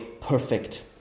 perfect